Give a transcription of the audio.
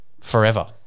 forever